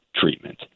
treatment